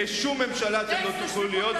בשום ממשלה אתם לא תוכלו להיות,